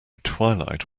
twilight